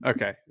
Okay